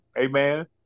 Amen